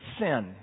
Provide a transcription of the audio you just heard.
sin